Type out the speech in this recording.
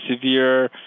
severe